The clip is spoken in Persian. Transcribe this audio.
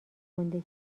گنده